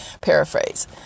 Paraphrase